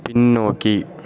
பின்னோக்கி